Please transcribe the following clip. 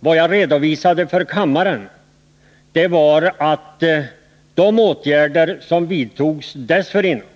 Vad jag redovisade för kammaren var de åtgärder som vidtogs under 1960-talet och första hälften av 1970-talet.